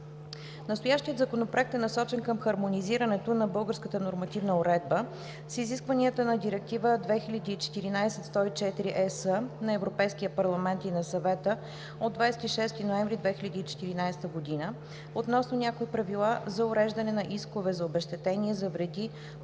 Настоящият Законопроект е насочен към хармонизирането на българската нормативна уредба с изискванията на Директива 2014/104/ЕС на Европейския парламент и на Съвета от 26 ноември 2014 г. относно някои правила за уреждане на искове за обезщетение за вреди